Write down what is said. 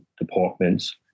departments